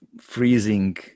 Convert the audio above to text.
freezing